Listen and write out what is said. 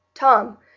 Tom